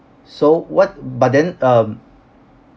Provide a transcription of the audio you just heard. so what but then um